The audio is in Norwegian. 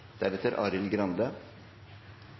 ute! Arild Grande